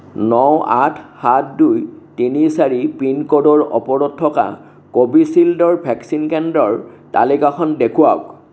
ন আঠ সাত দুই তিনি চাৰি পিন ক'ডৰ ওপৰত থকা কোভিচিল্ডৰ ভেকচিন কেন্দ্ৰৰ তালিকাখন দেখুৱাওক